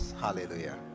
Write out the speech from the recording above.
Hallelujah